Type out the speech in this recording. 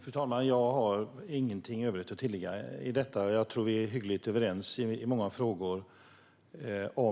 Fru talman! Jag har ingenting övrigt att tillägga. Jag tror att vi är hyggligt överens i mycket